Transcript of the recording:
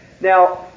Now